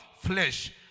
flesh